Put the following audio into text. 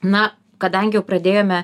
na kadangi jau pradėjome